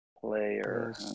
Player